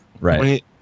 right